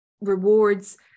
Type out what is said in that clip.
rewards